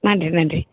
நன்றி நன்றி